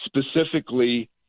specifically